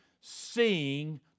seeing